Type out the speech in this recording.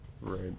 Right